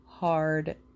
hard